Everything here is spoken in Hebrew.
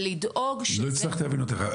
לא הצלחתי להבין אותך.